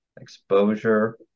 exposure